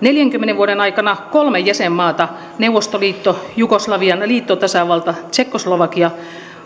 neljänkymmenen vuoden aikana kolme jäsenmaata neuvostoliitto jugoslavian liittotasavalta tsekkoslovakia